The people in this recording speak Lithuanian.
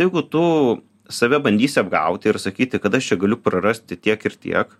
jeigu tu save bandysi apgauti ir sakyti kad aš čia galiu prarasti tiek ir tiek